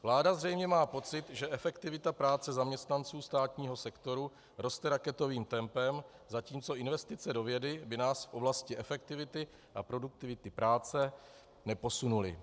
Vláda má zřejmě pocit, že efektivita práce zaměstnanců státního sektoru roste raketovým tempem, zatímco investice do vědy by nás v oblasti efektivity a produktivity práce neposunuly.